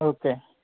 okay